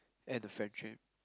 end the friendship